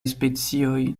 specioj